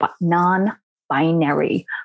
non-binary